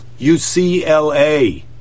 UCLA